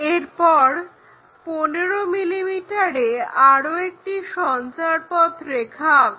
এরপর 15 mm এ আরো একটি সঞ্চারপথ রেখা আঁক